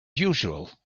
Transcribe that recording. usual